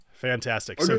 Fantastic